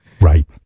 Right